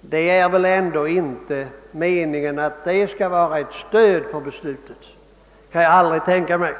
Det är väl ändå inte meningen att detta skall utgöra ett stöd för beslutet? Det kan jag aldrig tänka mig.